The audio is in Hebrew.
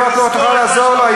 כבר לא תוכל לעזור לו,